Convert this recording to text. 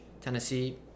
Tennessee